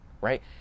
Right